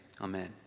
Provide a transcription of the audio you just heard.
Amen